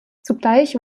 zugleich